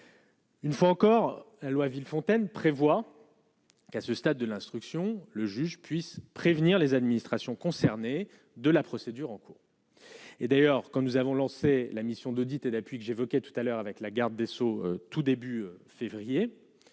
Une fois encore la loi Villefontaine prévoit qu'à ce stade de l'instruction, le juge puisse prévenir les administrations concernées de la procédure en cours, et d'ailleurs quand nous avons lancé la mission d'audits et d'appui que j'évoquais tout à l'heure avec la garde des Sceaux, tout début février,